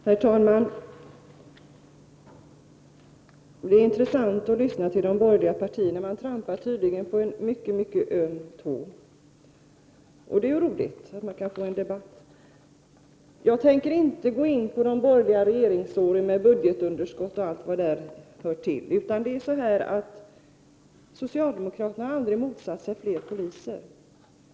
Herr talman! Det är intressant att lyssna till de borgerliga partiernas företrädare. Jag trampade tydligen på en mycket öm tå, och det är ju roligt att få i gång en debatt. Jag tänker inte gå in på de borgerliga regeringsåren med budgetunderskott och allt som därav följde under dessa år. Socialdemokraterna har aldrig motsatt sig fler poliser.